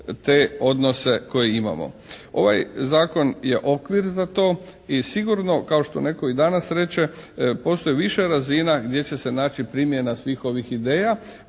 te odnose koje imamo. Ovaj zakon je okvir za to i sigurno kao što netko i danas reče postoji više razina gdje će se naći primjena svih ovih ideja